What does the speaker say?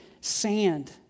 sand